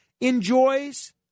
enjoys